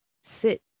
sit